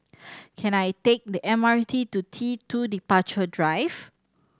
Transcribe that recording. can I take the M R T to T Two Departure Drive